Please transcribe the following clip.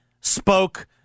spoke